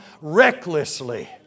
recklessly